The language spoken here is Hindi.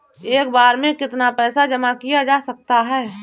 एक बार में कितना पैसा जमा किया जा सकता है?